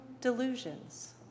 delusions